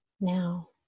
now